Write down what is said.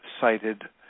cited